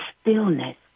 stillness